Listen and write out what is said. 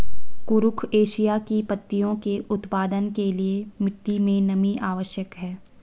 कुरुख एशिया की पत्तियों के उत्पादन के लिए मिट्टी मे नमी आवश्यक है